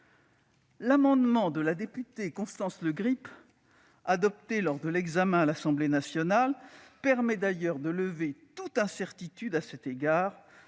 l'amendement de la députée Constance Le Grip lors de l'examen du texte à l'Assemblée nationale permet d'ailleurs de lever toute incertitude à cet égard,